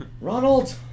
Ronald